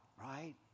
right